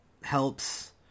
helps